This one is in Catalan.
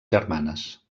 germanes